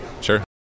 sure